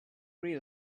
rid